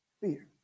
fear